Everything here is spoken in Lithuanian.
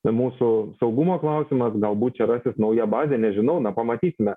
mūsų saugumo klausimas galbūt čia rasis nauja bazė nežinau na pamatysime